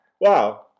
Wow